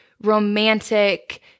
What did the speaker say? romantic